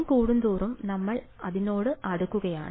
n കൂടുന്തോറും നമ്മൾ അതിനോട് അടുക്കുകയാണ്